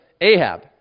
Ahab